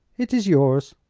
it is yours,